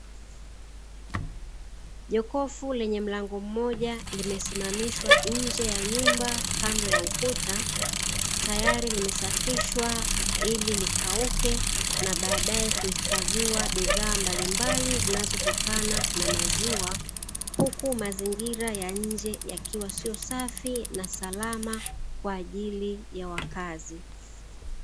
Jokofu lenye mlango mmoja limesimamishwa nje ya nyumba kando ya ukuta, tayari limesafishwa ili likauke na baadaye kuhifadhiwa bidhaa mbalimbali zinazotokana na maziwa; huku mazingira ya nje yakiwa sio safi na salama kwa ajili ya wakazi.